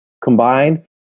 combined